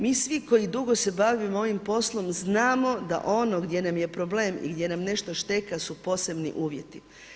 Mi svi koji dugo se bavimo ovim poslom znamo da ono gdje nam je problem i gdje nam nešto šteka su posebni uvjeti.